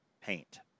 paint